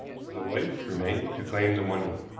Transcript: the wife remained to claim the money.